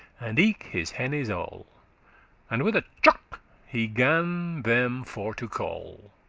and eke his hennes all and with a chuck he gan them for to call,